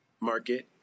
market